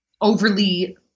overly